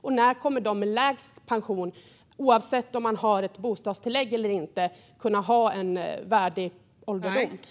Och när kommer de med lägst pension, oavsett om man har ett bostadstillägg eller inte, att kunna ha en värdig ålderdom?